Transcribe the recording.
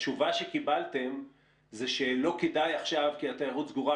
התשובה שקיבלתם זה שלא כדאי עכשיו כי התיירות סגורה,